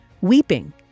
weeping